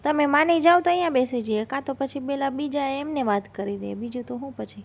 તમે માની જાઓ તો અહીંયા બેસી જઈએ પછી પેલા બીજા એમને વાત કરી દઇએ બીજું તો શું પછી